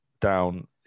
down